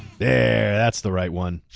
there, that's the right one.